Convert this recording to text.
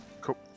Cool